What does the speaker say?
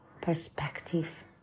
perspective